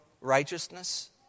righteousness